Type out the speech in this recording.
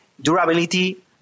durability